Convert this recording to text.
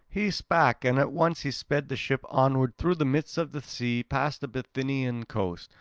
he spake, and at once he sped the ship onward through the midst of the sea past the bithynian coast.